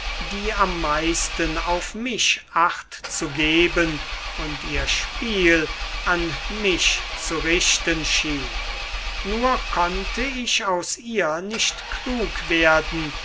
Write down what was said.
die am meisten auf mich acht zu geben und ihr spiel an mich zu richten schien nur konnte ich aus ihr nicht klug werden